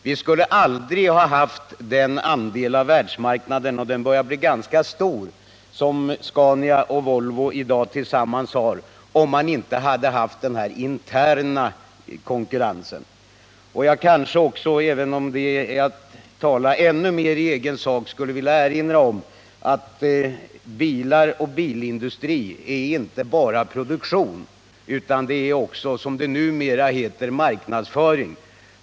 Vi skulle aldrig ha haft också den andel av världsmarknaden —och den börjar bli ganska stor — som Scania och Volvo i dag tillsammans har, om man inte hade haft också den interna konkurrensen. Jag skulle också, även om det är att tala ännu mer i egen sak, vilja erinra om att bilar och bilindustri inte bara är produktion utan också, som det numera heter, marknadsföring.